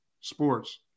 sports